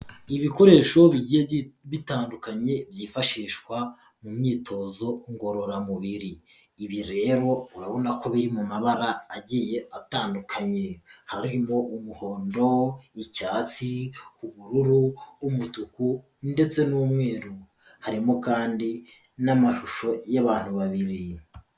ibikoresho bigiye bitandukanye byifashishwa mu myitozo ngororamubiri, ibi rero urabona ko biri mu mabara agiye atandukanye; harimo umuhondo,'icyatsi ubururu umutuku' ndetse n'umweru; harimo kandi n'amashusho y'abantu babiri.